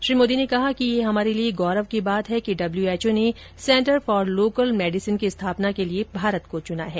श्री मोदी ने कहा कि यह हमारे लिए गौरव की बात है कि डब्ल्यूएचओ ने सेंटर फॉर लोकल मेडिसन की स्थापना के लिए भारत को चुना है